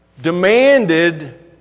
demanded